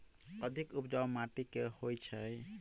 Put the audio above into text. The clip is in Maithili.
अधिक उपजाउ माटि केँ होइ छै?